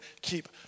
keep